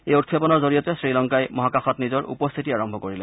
এই উৎক্ষেপণৰ জৰিয়তে শ্ৰীলংকাই মহাকাশত নিজৰ উপস্থিতি আৰম্ভ কৰিলে